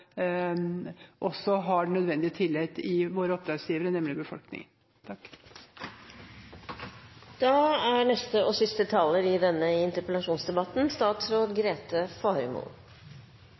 også har den nødvendige tillit hos våre oppdragsgivere, nemlig befolkningen.